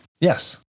Yes